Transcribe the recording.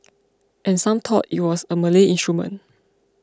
and some thought it was a Malay instrument